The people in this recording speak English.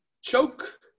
choke